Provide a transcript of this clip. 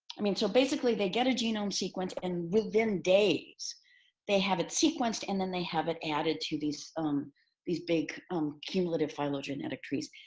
i mean, so basically they get a genome sequence and within days they have it sequenced and then they have it added to these um these big um cumulative phylogenetic trees.